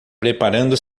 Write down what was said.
preparando